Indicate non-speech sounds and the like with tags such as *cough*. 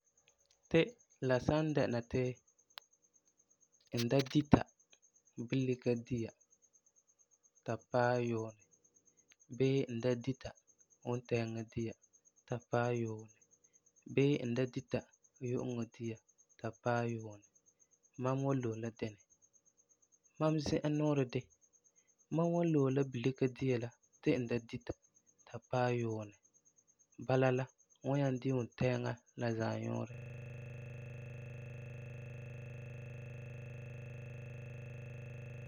Ti la san dɛna ti n da dita bulika dia, ta paɛ yuunɛ, bii n da dita wuntɛɛŋa dia ta paɛ yuunɛ, bii n da dita yu'uŋɔ dia ta paɛ yuunɛ, mam wan loe la dinɛ? Mam zi'an nuu de, mam wan loe la bulika dia la ti n da dita ta paɛ yuunɛ, bala la n wan nyaŋɛ di wuntɛɛŋa la zannuurɛ. *noise*